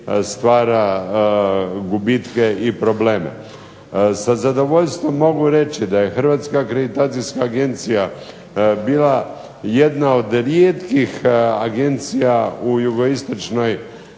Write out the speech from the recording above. stvara gubitke i probleme. Sa zadovoljstvom mogu reći da je Hrvatska akreditacijska agencija bila jedna od rijetkih agencija u jugoistočnoj